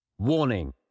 Warning